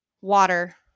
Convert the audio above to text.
water